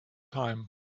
time